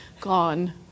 gone